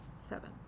seven